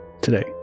Today